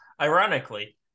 ironically